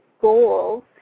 goals